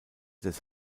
des